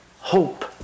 hope